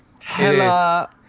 Hella